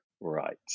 Right